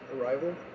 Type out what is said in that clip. arrival